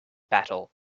battle